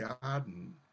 garden